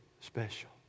special